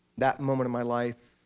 that moment of my life,